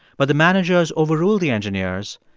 but the managers overruled the engineers,